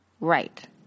Right